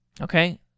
okay